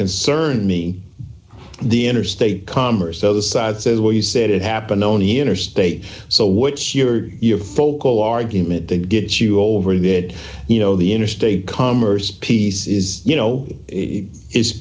concern me the interstate commerce so the side says well you said it happened only interstate so what's your your focal argument that gets you over that you know the interstate commerce piece is you know i